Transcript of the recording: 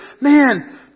man